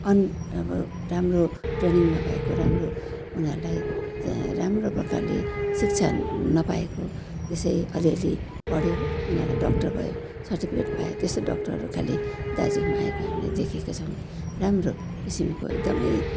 अनि अब राम्रो ट्रेनिङ नभएको राम्रो उनीहरूलाई राम्रो प्रकारले शिक्षा नपाएको त्यसै अलिअलि पढ्यो उनीहरूलाई डाक्टर भयो सर्टिफिकेट पायो त्यस्तो डक्टरहरू खाली दार्जिलिङमा आएको हामीले देखेका छौँ राम्रो किसिमको एकदमै